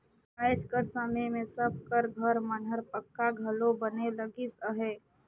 आएज कर समे मे सब कर घर मन हर पक्का घलो बने लगिस अहे